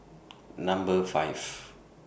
Number five